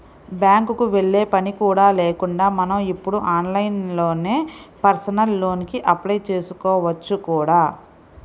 బ్యాంకుకి వెళ్ళే పని కూడా లేకుండా మనం ఇప్పుడు ఆన్లైన్లోనే పర్సనల్ లోన్ కి అప్లై చేసుకోవచ్చు కూడా